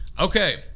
okay